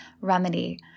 remedy